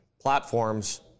platforms